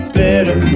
better